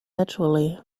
naturally